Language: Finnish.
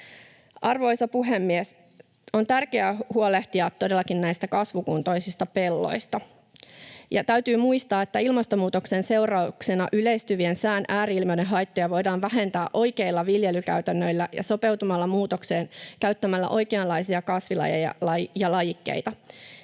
Arvoisa puhemies! On todellakin tärkeää huolehtia kasvukuntoisista pelloista. Täytyy muistaa, että ilmastonmuutoksen seurauksena yleistyvien sään ääri-ilmiöiden haittoja voidaan vähentää oikeilla viljelykäytännöillä ja sopeutumalla muutokseen käyttämällä oikeanlaisia kasvilajeja ja -lajikkeita.